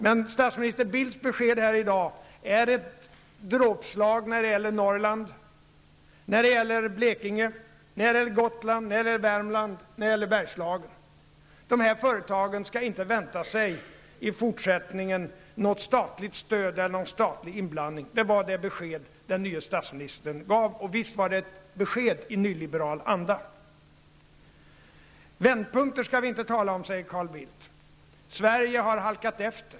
Men statsminister Bildts besked här i dag är ett dråpslag när det gäller Norrland, Dessa företag skall i fortsättningen inte vänta sig något statligt stöd eller någon statlig inblandning. Det var det besked som den nye statsministern gav. Och visst var det ett besked i nyliberal anda. Vändpunkter skall vi inte tala om, säger Carl Bildt. Sverige har halkat efter.